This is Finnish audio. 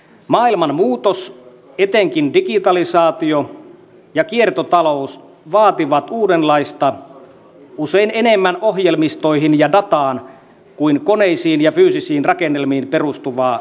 maailman muutos etenkin digitalisaatio ja kiertotalous vaativat uudenlaista usein enemmän ohjelmistoihin ja dataan kuin koneisiin ja fyysisiin rakennelmiin perustuvaa infrastruktuuria